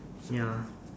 ya